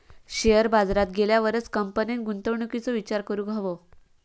share बाजारात गेल्यावरच कंपनीन गुंतवणुकीचो विचार करूक हवो